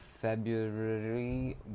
February